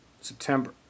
September